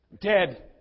dead